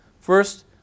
First